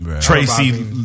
Tracy